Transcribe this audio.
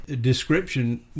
description